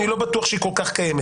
אני לא בטוח שהיא כל כך קיימת.